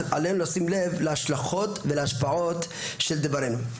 אבל עלינו לשים לב להשלכות ולהשפעות של הדברים.